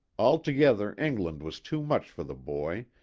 altogether england was too much for the boy,